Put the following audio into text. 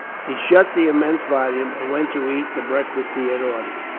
he shut the immense volume, and went to eat the breakfast he had ordered.